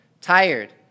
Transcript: Tired